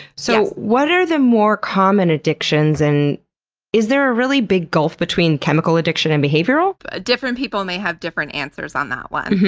so what are the more common addictions, and is there a really big gulf between chemical addiction and behavioral? ah different people may have different answers on that one.